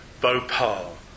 Bhopal